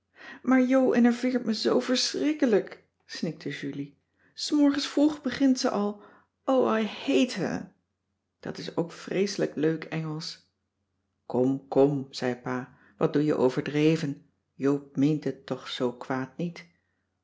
maar jo enerveert me zoo verschrikkelijk snikte julie s morgens vroeg begint ze al o i hate her dat is ook vreeselijk leuk engelsch cissy van marxveldt de h b s tijd van joop ter heul kom kom zei pa wat doe je overdreven joop meent het toch zoo kwaad niet